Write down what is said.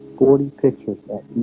forty pictures at